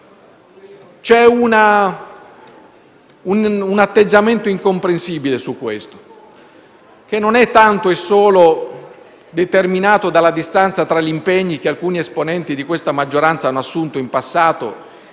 poi un atteggiamento incomprensibile su questo punto, che non è tanto e solo determinato dalla distanza tra gli impegni che alcuni esponenti di questa maggioranza hanno assunto in passato